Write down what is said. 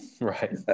Right